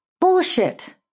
bullshit